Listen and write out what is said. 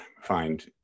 find